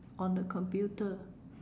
on the computer